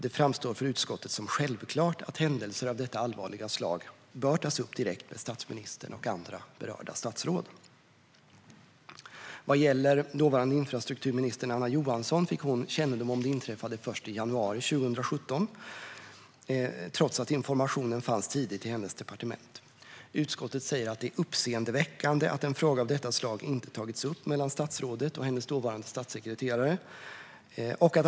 Det framstår för utskottet som självklart att händelser av detta allvarliga slag bör tas upp direkt med statsministern och andra berörda statsråd. När det gäller den dåvarande infrastrukturministern Anna Johansson fick hon först i januari 2017 information om det inträffade, trots att informationen fanns tidigt i hennes departement. Utskottet uttalar att det är uppseendeväckande att en fråga av detta slag inte tagits upp mellan statsrådet och hennes dåvarande statssekreterare.